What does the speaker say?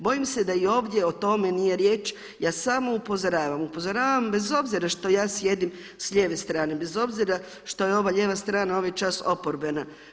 Bojim se da i ovdje o tome nije riječ, ja samo upozoravam, upozoravam bez obzira što ja sjedim s lijeve strane, bez obzira što je ova lijeva strana ovaj čas oporbena.